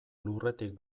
lurretik